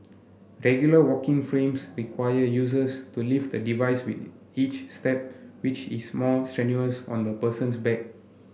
regular walking frames require users to lift the device with each step which is more strenuous on the person's back